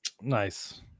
Nice